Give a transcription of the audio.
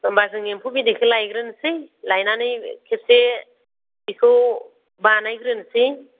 होमबा जों एम्फौ बिदैखौ लायग्रोनोसै लायनानै खेबसे बेखौ बानायग्रोनसै